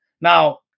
Now